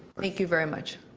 thank you very much.